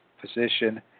position